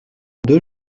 deux